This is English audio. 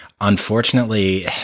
Unfortunately